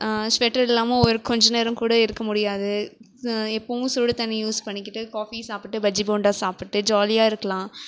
sweater இல்லாமல் ஒரு கொஞ்சம் நேரம் கூட இருக்க முடியாது எப்பவும் சுடு தண்ணீர் யூஸ் பண்ணிக்கிட்டு காஃபி சாப்பிட்டு பஜ்ஜி போண்டா சாப்பிட்டு ஜாலியாக இருக்கலாம்